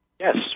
Yes